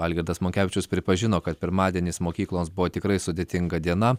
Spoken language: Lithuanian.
algirdas monkevičius pripažino kad pirmadienis mokyklos buvo tikrai sudėtinga diena